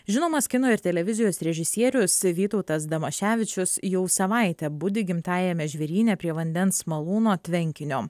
žinomas kino ir televizijos režisierius vytautas damaševičius jau savaitę budi gimtajame žvėryne prie vandens malūno tvenkinio